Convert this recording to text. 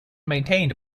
maintained